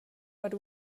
but